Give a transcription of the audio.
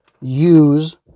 use